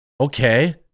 okay